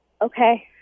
Okay